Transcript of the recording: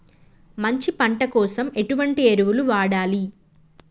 మంచి పంట కోసం ఎటువంటి ఎరువులు వాడాలి?